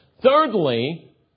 Thirdly